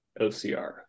OCR